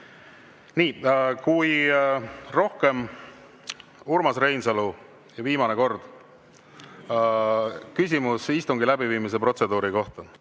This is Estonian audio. Kui rohkem …Urmas Reinsalu, ja viimane kord, küsimus istungi läbiviimise protseduuri kohta.